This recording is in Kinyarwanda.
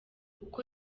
uko